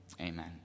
Amen